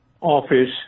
office